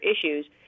issues